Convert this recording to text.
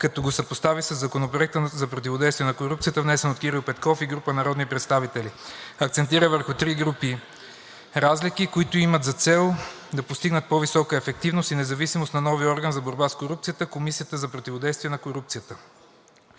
като го съпостави със Законопроекта за противодействие на корупцията, внесен от Кирил Петков и група народни представители. Акцентира върху три групи разлики, които имат за цел да постигнат по-висока ефективност и независимост на новия орган за борба с корупцията – Комисията за противодействие на корупцията.